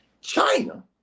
China